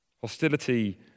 Hostility